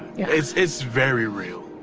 it's, it's very real,